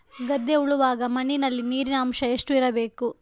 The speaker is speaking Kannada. ಗದ್ದೆ ಉಳುವಾಗ ಮಣ್ಣಿನಲ್ಲಿ ನೀರಿನ ಅಂಶ ಎಷ್ಟು ಇರಬೇಕು?